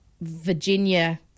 Virginia